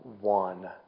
one